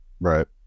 right